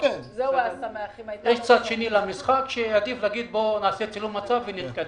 יש צד שני למשחק שעדיף לומר שנעשה צילום מצב ונתקדם.